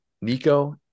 Nico